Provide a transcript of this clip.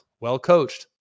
well-coached